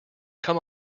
come